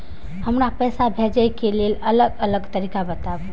हमरा पैसा भेजै के लेल अलग अलग तरीका बताबु?